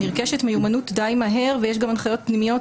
נרכשת מיומנות די מהר ויש גם הנחיות פנימיות